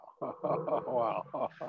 wow